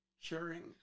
sharing